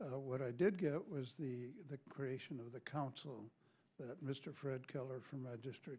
what i did get was the creation of the council but mr fred keller from my district